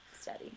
study